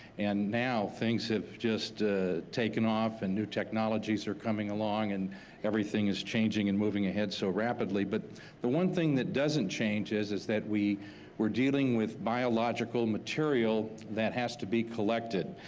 and now things have just taken off and new technologies are coming along, and everything is changing and moving ahead so rapidly, but the one thing that doesn't change is, is that we're dealing with biological material that has to be collected.